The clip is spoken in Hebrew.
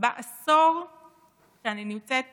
בעשור שאני נמצאת בכנסת,